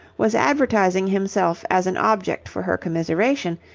was advertising himself as an object for her commiseration,